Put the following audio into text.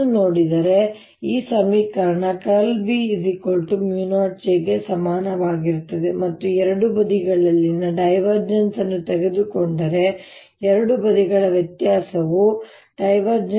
ನಾನು ನೋಡಿದರೆ ಈ ಸಮೀಕರಣ ▽× B μ0 J ಗೆ ಸಮಾನವಾಗಿರುತ್ತದೆ ಮತ್ತು ಎರಡೂ ಬದಿಗಳಲ್ಲಿನ ಡೈವರ್ಜೆನ್ಸ್ ಅನ್ನು ತೆಗೆದುಕೊಂಡರೆ ಎರಡೂ ಬದಿಗಳ ವ್ಯತ್ಯಾಸವು ▽